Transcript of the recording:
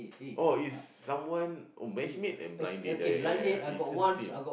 oh is someone oh match made and blind date ya ya ya ya ya is the same